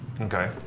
Okay